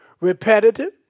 Repetitive